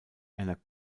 einer